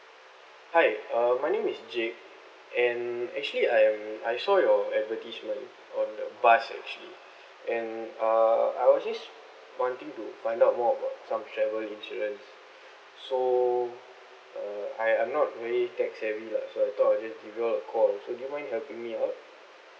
hi uh my name is jake and actually I'm I saw your advertisement on the bus actually and uh I was just wanting to find out more about some travel insurance so uh I I'm not really tech savvy lah so I thought I just give you all a call so do you mind helping me out